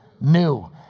New